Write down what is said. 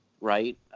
right